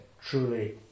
truly